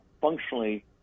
functionally